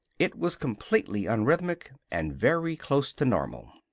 it was completely unrhythmic and very close to normal.